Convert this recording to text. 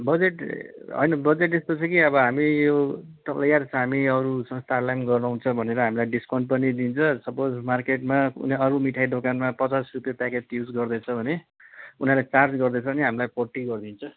budget होइन budget यस्तो छ कि अब हामी यो हामीहरू संस्थाहरूलाई नि गर्नुहुन्छ भनेर हामीलाई डिस्काउन्ट पनि दिन्छ सपोज मार्केटमा कुनै अरू मिठाई दोकानमा पचास रुपियाँ प्याकेट युज गर्दैछ भने उनीहरूले चार्ज गर्दैछ भने हामीलाई फोर्टी गरिदिन्छ